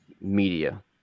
media